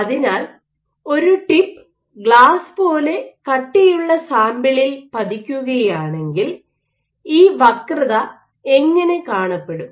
അതിനാൽ ഒരു tip glass പോലെ കട്ടിയുള്ള സാമ്പിളിൽ പതിക്കുകയാണെങ്കിൽ ഈ വക്രത എങ്ങനെ കാണപ്പെടും